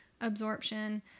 absorption